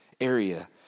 area